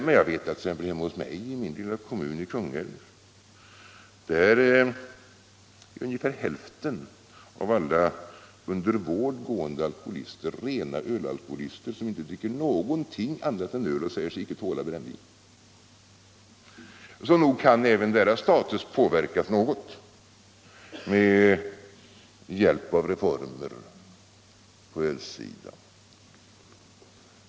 Men jag vet att hemma i min lilla kommun, i Kungälv, är ungefär hälften av alla under vård gående alkoholister rena ölalkoholister, som inte dricker någonting annat än öl och säger sig icke tåla mer än vin, så nog kan deras status påverkas något med hjälp av reformer på ölsidan.